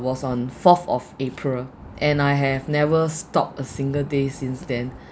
was on fourth of april and I have never stopped a single day since then